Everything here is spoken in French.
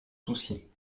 soucis